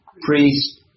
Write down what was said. priest